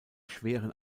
schweren